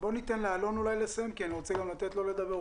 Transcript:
בוא ניתן לאלון אולי לסיים כי אני רוצה גם לתת לו לדבר.